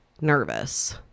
nervous